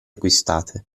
acquistate